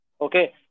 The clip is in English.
Okay